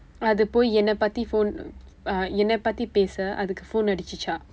அது போய் என்னை பற்றி:athu pooy ennai parri phone ah என்னை பற்றி பேச அதுக்கு:ennai parri peesa athukku phone அடித்தான்:adiththaan